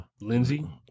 Lindsey